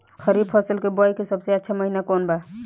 खरीफ फसल के बोआई के सबसे अच्छा महिना कौन बा?